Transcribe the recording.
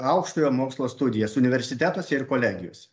aukštojo mokslo studijas universitetuose ir kolegijose